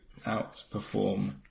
outperform